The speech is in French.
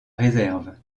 réserve